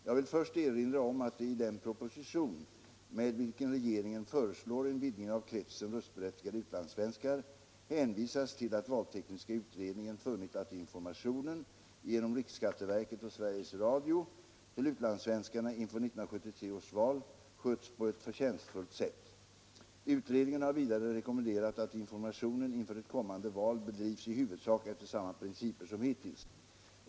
Jag vill först erinra om att det i den proposition med vilken regeringen föreslår en vidgning av kretsen röstberättigade utlandssvenskar hänvisas till att valtekniska utredningen funnit att informationen — genom riksskatteverket och Sveriges Radio — till utlandssvenskarna inför 1973 års val skötts på ett förtjänstfullt sätt. Utredningen har vidare rekommenderat att informationen inför ett kommande val bedrivs i huvudsak efter samma principer som hittills.